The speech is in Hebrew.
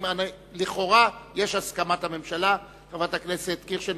קובע שהצעת חוק החברות הממשלתיות (תיקון,